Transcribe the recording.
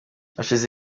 hashize